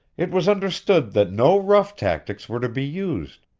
it was understood that no rough tactics were to be used,